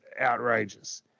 outrageous